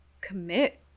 commit